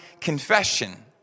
confession